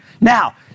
Now